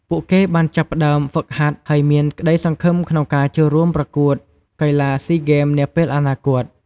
ពួកគេបានចាប់ផ្ដើមហ្វឹកហាត់ ហើយមានក្ដីសង្ឃឹមក្នុងការចូលរួមប្រកួតកីឡាស៊ីហ្គេមនាពេលអនាគត។